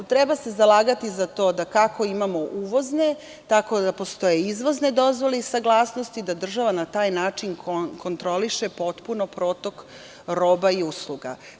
Treba se zalagati za to da kako imamo uvozne, tako da postoje i izvozne dozvole i saglasnosti i da država na taj način potpuno kontroliše protok roba i usluga.